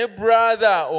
brother